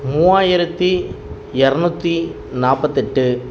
மூவாயிரத்து எரநூற்றி நாற்பத்தெட்டு